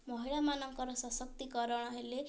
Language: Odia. ମହିଳାମାନଙ୍କର ସଶକ୍ତିକରଣ ହେଲେ